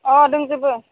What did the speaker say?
अ दोंजोबो